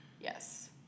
Yes